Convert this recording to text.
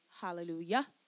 Hallelujah